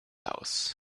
house